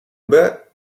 hubert